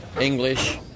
English